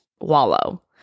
wallow